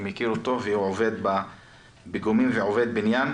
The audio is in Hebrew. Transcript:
מכיר אותו והוא עובד בפיגומים ועובד בבניין.